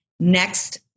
next